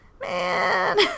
man